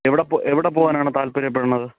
എവിടെപ്പോകാൻ എവിടെപ്പോകാനാണ് താല്പര്യപ്പെടുന്നത്